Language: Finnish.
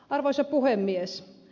arvoisa puhemies